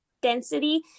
density